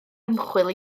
ymchwil